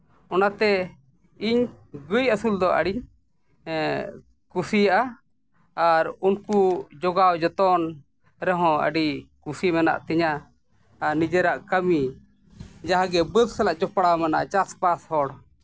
ᱚᱱᱟᱛᱮ ᱤᱧ ᱜᱟᱹᱭ ᱟᱹᱥᱩᱞ ᱫᱚ ᱟᱹᱰᱤᱧ ᱠᱩᱥᱤᱭᱟᱜᱼᱟ ᱟᱨ ᱩᱱᱠᱩ ᱡᱚᱜᱟᱣ ᱡᱚᱛᱚᱱ ᱨᱮᱦᱚᱸ ᱟᱹᱰᱤ ᱠᱩᱥᱤ ᱢᱮᱱᱟᱜ ᱛᱤᱧᱟᱹ ᱟᱨ ᱱᱤᱡᱮᱨᱟᱜ ᱠᱟᱹᱢᱤ ᱡᱟᱦᱟᱸ ᱜᱮ ᱵᱟᱹᱫᱽ ᱥᱟᱞᱟᱜ ᱡᱚᱯᱲᱟ ᱢᱮᱱᱟᱜᱼᱟ ᱪᱟᱥᱵᱟᱥ ᱦᱚᱲ